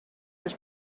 was